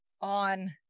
on